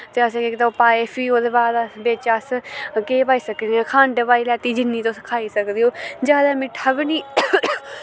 ते असें केह् कीता ओह् पाए फ्ही ओह्दे बाद बिच्च अस केह् पाई सकने आं खंड पाई लैत्ती जिन्नी तुस खाई सकदे ओ जादै मिट्ठा बी निं